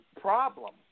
problem